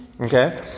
Okay